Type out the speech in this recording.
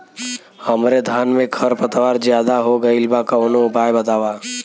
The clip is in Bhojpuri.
हमरे धान में खर पतवार ज्यादे हो गइल बा कवनो उपाय बतावा?